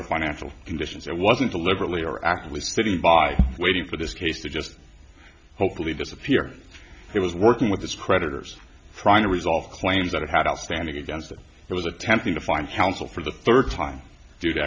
their financial conditions i wasn't deliberately or actively sitting by waiting for this case to just hopefully disappear he was working with his creditors trying to resolve claims that had outstanding against it was attempting to find counsel for the third time due to